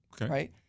right